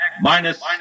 minus